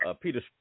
Peter